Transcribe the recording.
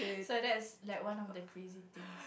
so that's like one of the crazy thing